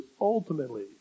ultimately